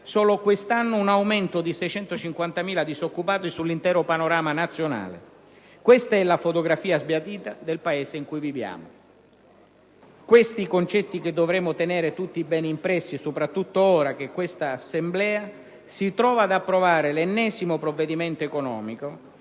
solo quest'anno un aumento di 650.000 disoccupati sull'intero panorama nazionale. Questa è la fotografia sbiadita del Paese in cui viviamo. Questi i concetti che dovremmo tenere tutti bene impressi, soprattutto ora che quest'Assemblea si trova ad approvare l'ennesimo provvedimento economico,